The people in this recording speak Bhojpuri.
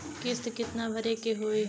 किस्त कितना भरे के होइ?